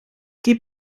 qui